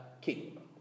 king